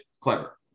clever